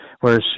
whereas